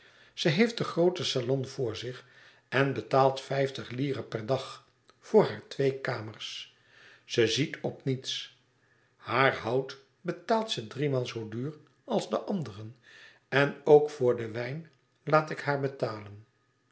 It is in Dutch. ze heeft den grooten salon voor zich en betaald vijftig lire per dag voor haar twee kamers ze ziet op niets haar hout betaalt ze driemaal zoo duur als de anderen en ook voor den wijn laat ik haar betalen